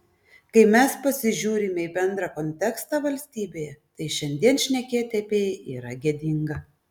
kai mes pasižiūrime į bendrą kontekstą valstybėje tai šiandien šnekėti apie jį yra gėdinga